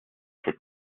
for